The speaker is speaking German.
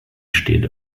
steht